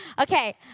Okay